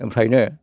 निफ्रायनो